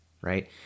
right